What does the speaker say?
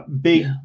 big